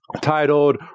titled